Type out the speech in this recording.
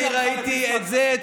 אני ראיתי את זה,